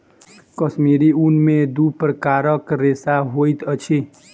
कश्मीरी ऊन में दू प्रकारक रेशा होइत अछि